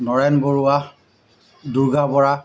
Naren Barua Durga Bora